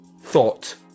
thought